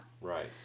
Right